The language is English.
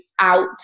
out